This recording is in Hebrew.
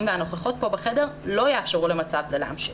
והנוכחות פה בחדר לא יאפשרו למצב זה להמשיך.